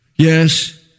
Yes